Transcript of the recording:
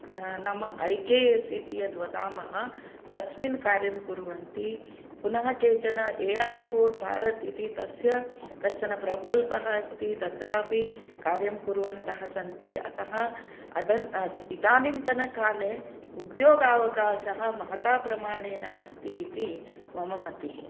नाम I K S इति यत् वदामः तस्मिन् कार्यं कुर्वन्ति पुनः केचन ए ऐ फार् भारत् इति तस्य कश्चन प्रकल्पः अस्ति तत्रापि कार्यं कुर्वन्तः सन्ति अतः अदन् इदानींतनकाले उद्योगावकाशः महता प्रमाणेन अस्ति इति मम मतिः